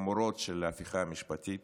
החמורות של ההפיכה המשפטית